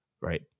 right